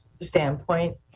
standpoint